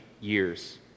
years